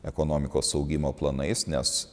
ekonomikos augimo planais nes